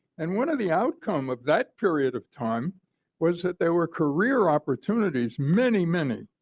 and one of the outcome of that period of time was that there were career opportunities, many, many,